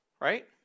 right